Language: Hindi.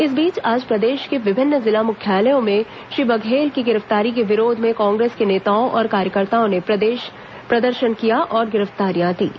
इस बीच आज प्रदेश के विभिन्न जिला मुख्यालयों में श्री बघेल की गिरफ्तारी के विरोध में कांग्रेस के नेताओं और कार्यकर्ताओं ने प्रदर्शन किया और गिरफ्तारियां दीं